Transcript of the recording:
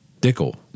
Dickel